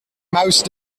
mouse